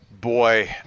Boy